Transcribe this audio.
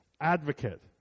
advocate